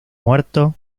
muerto